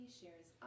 shares